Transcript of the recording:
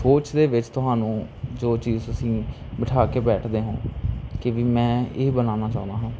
ਸੋਚ ਦੇ ਵਿੱਚ ਤੁਹਾਨੂੰ ਜੋ ਚੀਜ਼ ਤੁਸੀਂ ਬਿਠਾ ਕੇ ਬੈਠਦੇ ਹੋ ਕਿ ਵੀ ਮੈਂ ਇਹ ਬਣਾਉਣਾ ਚਾਹੁੰਦਾ ਹਾਂ